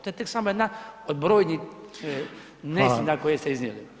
To je tek samo jedna od brojnih neistina [[Upadica: Hvala.]] koje ste iznijeli.